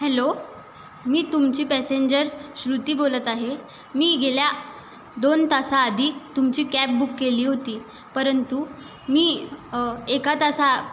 hello मी तुमची passenger Shruti बोलत आहे मी गेल्या दोन तासांआधी तुमची कॅब बुक केली होती परंतु मी एका तासा